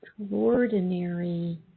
extraordinary